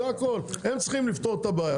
זה הכל הם צריכים לפתור את הבעיה,